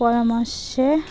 পরামর্শে